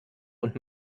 und